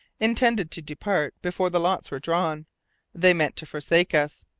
intended to depart before the lots were drawn they meant to forsake us.